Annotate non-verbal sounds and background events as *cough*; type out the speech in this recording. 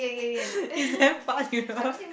*breath* is damn fun you know